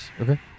Okay